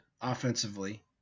offensively